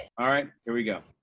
all right. here we go.